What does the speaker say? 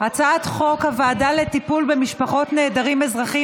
הצעת חוק הוועדה לטיפול במשפחות נעדרים אזרחיים,